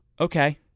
Okay